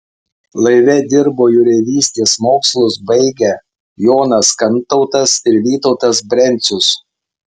laive dirbo jūreivystės mokslus baigę jonas kantautas ir vytautas brencius